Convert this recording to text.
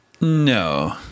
no